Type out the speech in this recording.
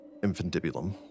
infundibulum